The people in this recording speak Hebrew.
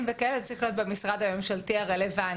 ודברים כאלה צריך להיות במשרד הממשלתי הרלוונטי.